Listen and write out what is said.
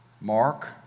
Mark